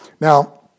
now